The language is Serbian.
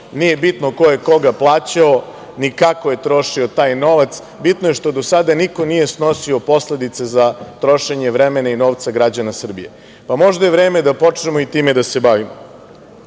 Nije bitno ko je koga plaćao, ni kako je trošio taj novac, bitno je što do sada niko nije snosio posledice za trošenje vremena i novca građana Srbije. možda je vreme da počnemo i time da se bavimo. Ja